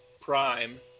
prime